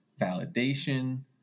validation